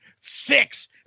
six